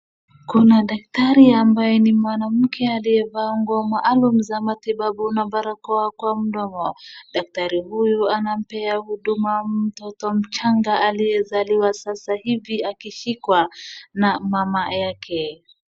Kuna daktari ambaye ni mwanamke aliyevaa nguo maalamu za matibabu na barakoa kwa mdomo. Daktari huyu anampea huduma mtoto mchanga aliyezaliwa sasa hivi , akishikwa na mama yake.